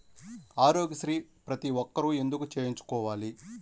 ఆరోగ్యశ్రీ ప్రతి ఒక్కరూ ఎందుకు చేయించుకోవాలి?